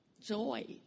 Joy